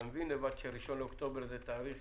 אתה מבין לבד שהראשון באוקטובר זה תאריך